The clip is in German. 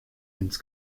ins